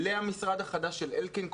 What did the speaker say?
למשרד החדש של אלקין,